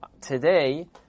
today